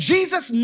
Jesus